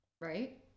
right